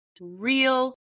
real